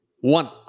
one